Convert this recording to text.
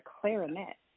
clarinet